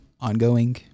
ongoing